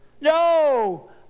no